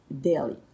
daily